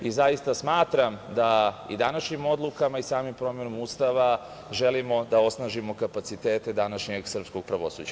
Zaista smatram da i današnjim odlukama i samom promenom Ustava želimo da osnažimo kapacitete današnjeg srpskog pravosuđa.